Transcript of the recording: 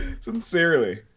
Sincerely